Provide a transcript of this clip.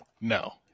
No